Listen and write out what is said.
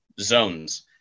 zones